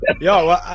Yo